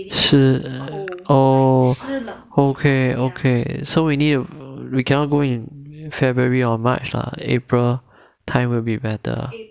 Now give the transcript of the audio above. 湿 oh okay okay so we need to we cannot go in february or march lah april time will be better